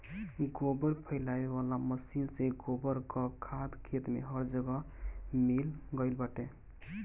गोबर फइलावे वाला मशीन से गोबर कअ खाद खेत में हर जगह मिल गइल बाटे